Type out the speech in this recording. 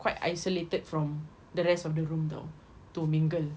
quite isolated from the rest of the room [tau] to mingle